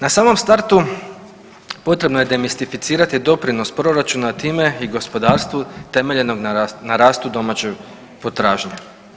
Na samom startu potrebno je demistificirati doprinos proračuna, time i gospodarstvu temeljenog na rastu domaće potražnje.